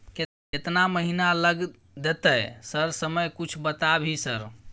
केतना महीना लग देतै सर समय कुछ बता भी सर?